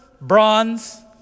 bronze